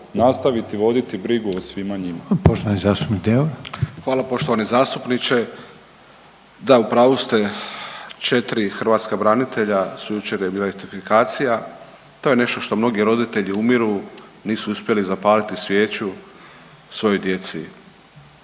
Poštovani zastupnik Deur. **Deur, Ante (HDZ)** Hvala. Poštovani zastupniče da u pravu ste. 4 hrvatska branitelja su, jučer je bila identifikacija. To je nešto što mnogi roditelji umiru, nisu uspjeli zapaliti svijeću svojoj djeci